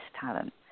talent